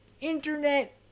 internet